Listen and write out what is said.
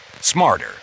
smarter